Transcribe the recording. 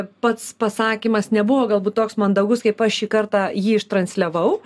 pats pasakymas nebuvo galbūt toks mandagus kaip aš šį kartą jį ištransliavau